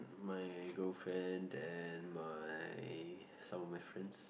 my girlfriend and my some of my friends